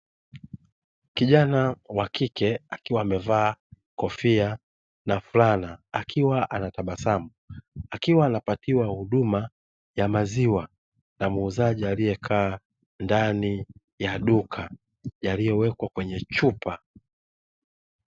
Kijana wa kike akiwa amevaa kofia na fulana akiwa anatabasamu akiwa anapatiwa huduma ya maziwa na muuzaji aliyekaa ndani ya duka, yaliyowekwa kwenye chupa.